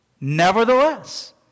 Nevertheless